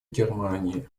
германии